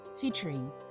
featuring